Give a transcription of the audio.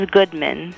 Goodman